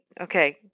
Okay